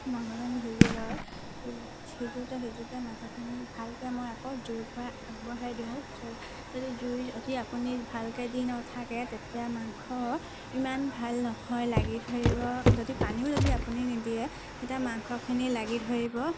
মাংসখিনি সিজি লৈ সিজোঁতে সিজোঁতে মাংসখিনি ভালকৈ মই আকৌ জুই পৰা আগবঢ়াই দিওঁ যদি জুই যদি আপুনি ভালকৈ দি নাথাকে তেতিয়া মাংস ইমান ভাল নহয় লাগি ধৰিব যদি পানীও যদি আপুনি নিদিয়ে তেতিয়া মাংসখিনি লাগি ধৰিব